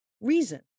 reason